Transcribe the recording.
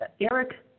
Eric